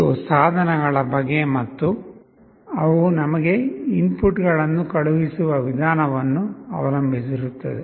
ಇದು ಸಾಧನಗಳ ಬಗೆ ಮತ್ತು ಅವು ನಮಗೆ ಇನ್ಪುಟ್ಗಳನ್ನು ಕಳುಹಿಸುವ ವಿಧಾನವನ್ನು ಅವಲಂಬಿಸಿರುತ್ತದೆ